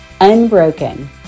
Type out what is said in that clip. Unbroken